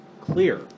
clear